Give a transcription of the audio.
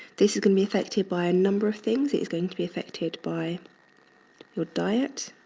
this is gonna be affected by a number of things. it's going to be affected by your diet,